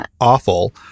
awful